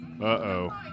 Uh-oh